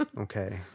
Okay